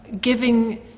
giving